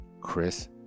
Chris